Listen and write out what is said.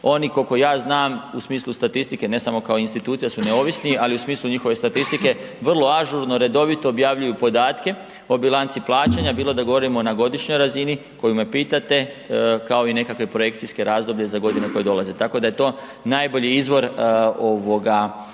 Oni, kolko ja znam, u smislu statistike, ne samo kao institucija su neovisni, ali u smislu njihove statistike vrlo ažurno, redovito objavljuju podatke o bilanci plaćanja bilo da govorimo na godišnjoj razini koju me pitate kao i nekakve projekcijske razdoblje za godine koje dolaze, tako da je to najbolji izvor ovoga